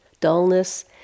dullness